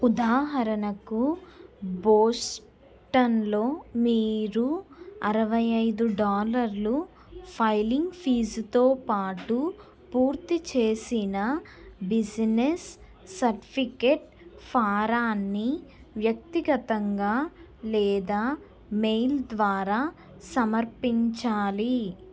ఉదాహరణక బోస్టన్లో మీరు అరవై ఐదు డాలర్లు ఫైలింగ్ ఫీజుతోపాటు పూర్తి చేసిన బిజినెస్ సర్టిఫికేట్ ఫారాన్ని వ్యక్తిగతంగా లేదా మెయిల్ ద్వారా సమర్పించాలి